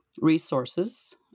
resources